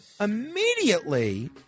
immediately